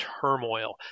turmoil